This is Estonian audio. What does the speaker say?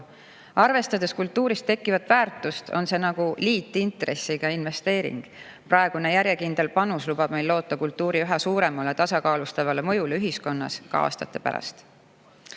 Arvestades kultuuris tekkivat väärtust, on see nagu liitintressiga investeering. Praegune järjekindel panus lubab meil loota kultuuri üha suuremale tasakaalustavale mõjule ühiskonnas ka aastate